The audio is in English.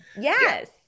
yes